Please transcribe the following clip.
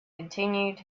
continued